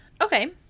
Okay